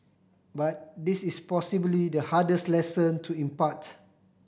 but this is possibly the hardest lesson to impart